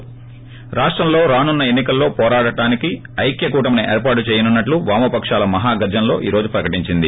ప్రాప్ల రాష్టంలో రానున్న ఎన్ని కలలో పోరాడడానికి ఐక్య కూటమిని ఏర్పాటు చేయనున్నట్లు వామ పకాల మహా గర్జనలో ఈరోజు ప్రకటించింది